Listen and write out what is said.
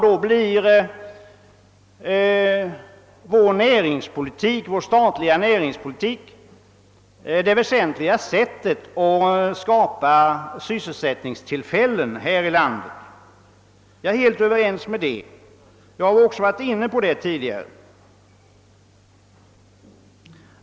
Då blir vår statliga näringspolitik det väsentliga medlet att skapa sysselsättningstillfällen i landet. Jag håller fullständigt med om detta, och jag har också varit inne på den tanken tidigare.